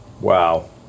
Wow